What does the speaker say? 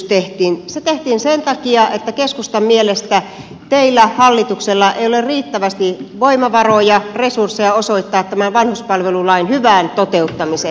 se tehtiin sen takia että keskustan mielestä teillä hallituksella ei ole riittävästi voimavaroja resursseja osoittaa tämän vanhuspalvelulain hyvään toteuttamiseen